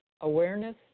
awareness